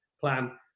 plan